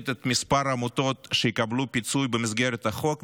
את מספר העמותות שיקבלו פיצוי במסגרת החוק,